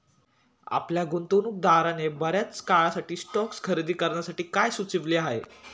आपल्या गुंतवणूकदाराने बर्याच काळासाठी स्टॉक्स खरेदी करण्यासाठी काय सुचविले आहे?